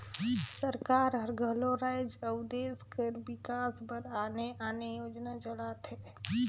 सरकार हर घलो राएज अउ देस कर बिकास बर आने आने योजना चलाथे